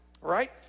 Right